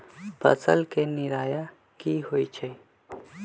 फसल के निराया की होइ छई?